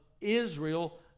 Israel